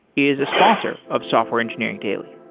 is a sponsor of software engineering daily